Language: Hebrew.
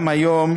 היום